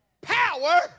power